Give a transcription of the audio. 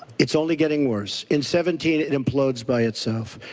it's only getting worse. in seventeen, it implodes by itself.